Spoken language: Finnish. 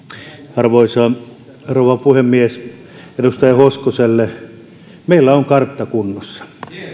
arvoisa rouva puhemies edustaja hoskoselle meillä on kartta kunnossa